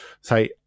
say